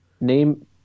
Name